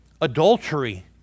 adultery